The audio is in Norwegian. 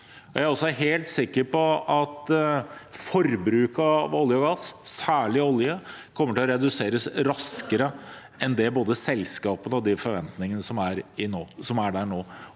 Jeg er også helt sikker på at forbruket av olje og gass, særlig av olje, kommer til å reduseres raskere enn både selskapenes og andres forventninger er nå,